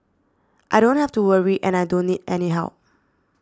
I don't have to worry and I don't need any help